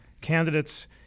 candidates